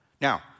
Now